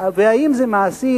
והאם זה מעשי,